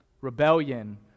Rebellion